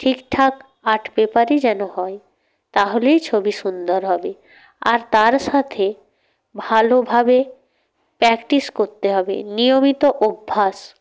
ঠিকঠাক আর্ট পেপারই যেন হয় তাহলেই ছবি সুন্দর হবে আর তার সাথে ভালোভাবে প্র্যাকটিস করতে হবে নিয়মিত অভ্যাস